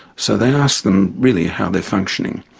so they ask them really how they're functioning.